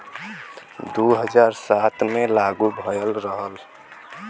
दू हज़ार सात मे लागू भएल रहल